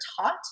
taught